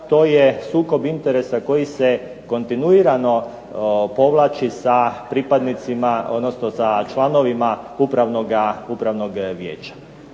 to je sukob interesa koji se kontinuirano povlači sa pripadnicima odnosno sa članovima upravnog vijeća.